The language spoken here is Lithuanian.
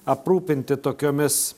aprūpinti tokiomis